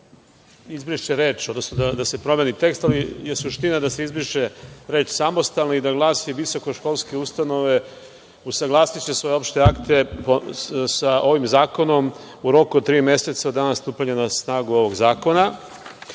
4. izbriše reč, odnosno da se promeni tekst, ali je suština da se izbriše reč: „samostalni“ i da glasi: „visokoškolske ustanove usaglasiće svoje opšte akte sa ovim zakonom u roku od tri meseca od dana stupanja na snagu ovog zakona.“